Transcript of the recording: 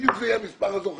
בדיוק זה יהיה המספר הזוכה,